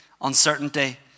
uncertainty